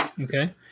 Okay